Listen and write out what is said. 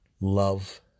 love